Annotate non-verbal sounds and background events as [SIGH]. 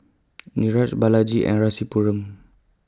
[NOISE] Niraj Balaji and Rasipuram